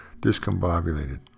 discombobulated